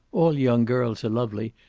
all young girls are lovely,